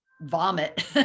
vomit